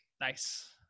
Nice